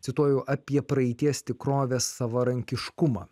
cituoju apie praeities tikrovės savarankiškumą